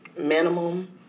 minimum